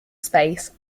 space